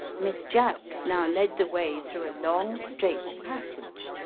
miss jack now led the way through a long straight passage,